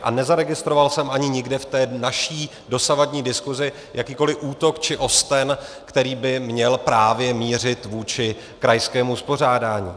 A nezaregistroval jsem ani nikde v naší dosavadní diskusi jakýkoli útok či osten, který by měl právě mířit vůči krajskému uspořádání.